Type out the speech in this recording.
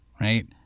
Right